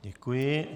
Děkuji.